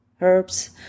herbs